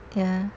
ya